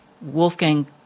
Wolfgang